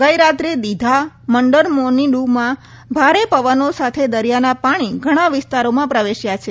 ગઇરાત્રે દીધા મંડરમોનીડુમાં ભારે પવનો સાથે દરિયાના પાણી ઘણા વિસ્તારોમાં પ્રવેશ્યા છે